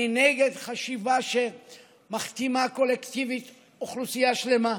אני נגד חשיבה שמכתימה קולקטיבית אוכלוסייה שלמה.